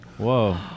Whoa